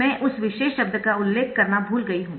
मैं उस विशेष शब्द का उल्लेख करना भूल गयी हू